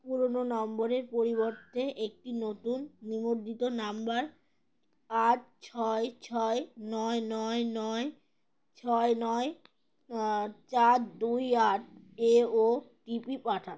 পুরনো নম্বরের পরিবর্তে একটি নতুন নিবন্ধিত নাম্বার আট ছয় ছয় নয় নয় নয় ছয় নয় চার দুই আট এ ও টি পি পাঠান